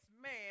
man